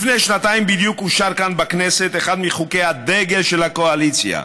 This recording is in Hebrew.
לפני שנתיים בדיוק אושר כאן בכנסת אחד מחוקי הדגל של הקואליציה,